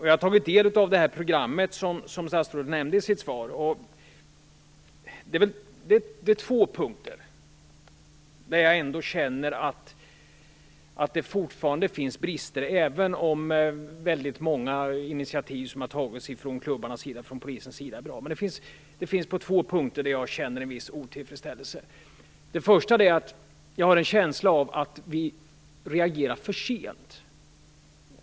Jag har tagit del av det program som statsrådet nämnde i sitt svar, och på två punkter känner jag fortfarande att det finns brister, även om väldigt många initiativ som har tagits av klubbarna och polisen är bra. Det finns alltså två punkter där jag känner en viss otillfredsställelse. För det första har jag en känsla av att vi reagerar för sent.